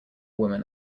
woman